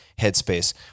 Headspace